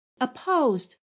opposed